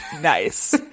Nice